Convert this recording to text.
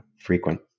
frequent